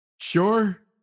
Sure